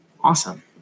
Awesome